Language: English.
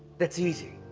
that's easy.